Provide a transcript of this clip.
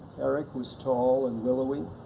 eric was tall and willowy.